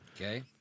Okay